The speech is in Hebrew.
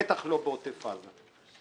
בטח לא בעוטף עזה.